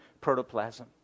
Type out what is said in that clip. protoplasm